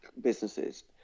businesses